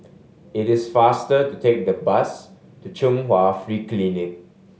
it is faster to take the bus to Chung Hwa Free Clinic